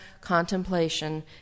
contemplation